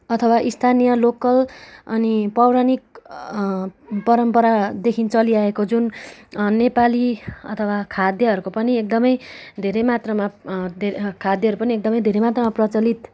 अथवा स्थानीय लोकल अनि पौराणिक परम्परादेखि चलिआएको जुन नेपाली अथवा खाद्यहरूको पनि एकदमै धेरै मात्रामा खाद्यहरू पनि एकदमै धेरै मात्रामा प्रचलित